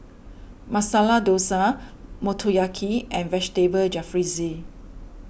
Masala Dosa Motoyaki and Vegetable Jalfrezi